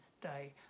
day